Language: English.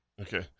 Okay